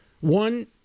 One